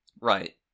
Right